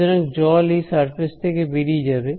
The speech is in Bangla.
সুতরাং জল এই সারফেস থেকে বেরিয়ে যাবে